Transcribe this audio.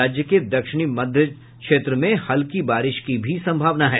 राज्य के दक्षिणी मध्य क्षेत्र में हल्की बारिश की भी संभावना है